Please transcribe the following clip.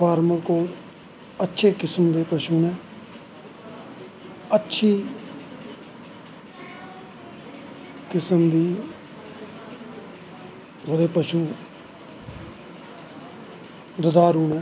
farmer कोल अच्चे किस्म दे पशु नै अच्छी किस्म दे जेह्ड़े पशु दुध्दारू नै